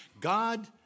God